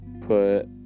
put